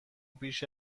بیش